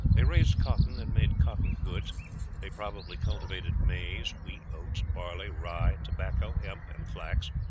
they raised cotton and made cotton goods they probably cultivated maize, wheat, oats, barley, rye, tobacco, hemp, and flax,